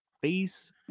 face